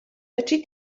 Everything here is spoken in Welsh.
fedri